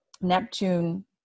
Neptune